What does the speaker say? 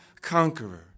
conqueror